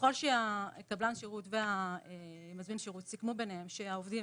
ככל שקבלן השירות ומזמין השירות סיכמו ביניהם שהעובדים